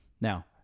Now